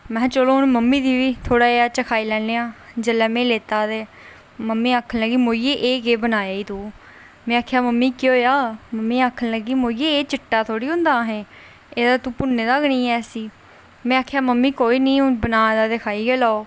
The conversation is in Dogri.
महां चलो थोह्ड़ा जेहा मम्मी गी बी चखाई लैने आं जेल्लै में लैता ते मम्मीआखन लगी मोइये एह् केह् बनाया ई तू में आखन मम्मी केह् होआ मम्मी आखन लगी मोइये एह् चिट्टा थोह्ड़े होंदा ऐ एह् ते तूं भुन्ने दा गै निं ऐ इसी में आखेआ कोई निं मम्मी हून बनाए दा ते खाई गै लैओ